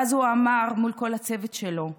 ואז הוא אמר מול כל הצוות שלו: